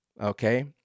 okay